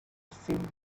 seemed